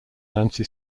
nancy